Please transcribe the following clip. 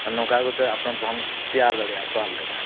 ᱱᱚᱝᱠᱟ ᱠᱟᱛᱮ ᱟᱯᱱᱟ ᱛᱮᱦᱚᱸ ᱛᱮᱭᱟᱨ ᱫᱟᱲᱮᱭᱟᱜᱼᱟ ᱟᱯᱱᱟᱨ ᱞᱮᱠᱟ